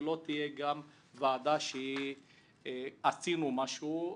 ולא תהיה ועדה שעשינו משהו',